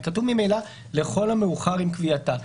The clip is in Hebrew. הרי כתוב ממילא: לכל המאוחר עם קביעתה,